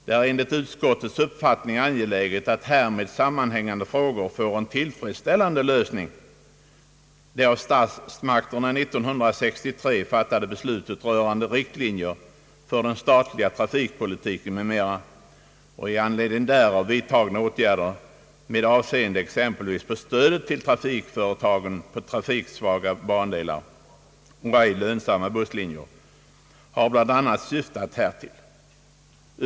Det är enligt utskottets uppfattning angeläget att härmed sammanhängande frågor får en tillfredsställande lösning. Det av statsmakterna 1963 fattade beslutet rörande riktlinjer för den statliga trafikpolitiken m.m. och i anledning därav vidtagna åtgärder med avseende exempelvis på stödet till trafikföretagen på trafiksvaga bandelar och ej lönsamma busslinjer har bl.a. syftat härtill.